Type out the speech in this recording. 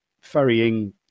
ferrying